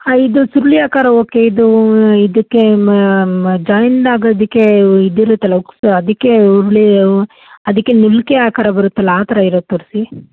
ಹಾಂ ಇದು ಸುರುಳಿ ಆಕಾರ ಓಕೆ ಇದು ಇದಕ್ಕೆ ಮಾ ಮ ಜಾಯ್ನ್ ಆಗೋದಕ್ಕೇ ಇದಿರುತ್ತಲ್ಲ ಹುಕ್ಸ್ ಅದಕ್ಕೆ ಹುರ್ಳಿ ಊ ಅದಕ್ಕೆ ನೂಲ್ಕೆ ಆಕಾರ ಬರುತ್ತಲ್ಲಾ ಆ ಥರ ಇರೋದು ತೋರಿಸಿ